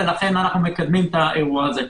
ואנו מקדמים את זה.